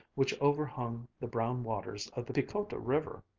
which overhung the brown waters of the piquota river.